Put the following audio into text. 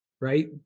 Right